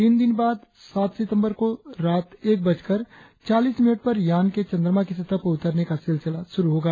तीन दिन बाद सात सितंबर को रात एक बजकर चालीस मिनट पर यान के चंद्रमा की सतह पर उतरने का सिलसिला शुरु होगा